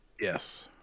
Yes